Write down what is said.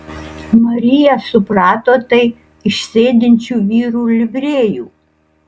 marija suprato tai iš sėdinčių vyrų livrėjų